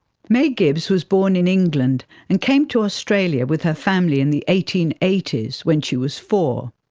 may gibbs was born in england and came to australia with her family in the eighteen eighty s when she was four.